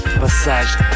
passage